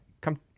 come